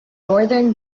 northern